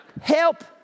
Help